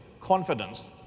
confidence